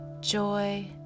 joy